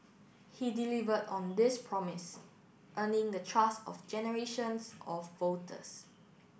he delivered on this promise earning the trust of generations of voters